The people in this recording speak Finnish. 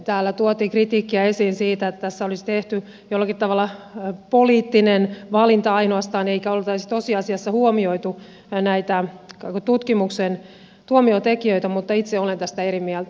täällä tuotiin kritiikkiä esiin siitä että tässä olisi tehty jollakin tavalla poliittinen valinta ainoastaan eikä oltaisi tosiasiassa huomioitu näitä tutkimuksen tuomia tekijöitä mutta itse olen tästä eri mieltä